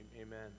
Amen